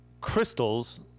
crystals